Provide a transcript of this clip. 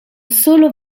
solo